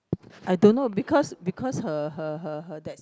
I don't know because because her her her her that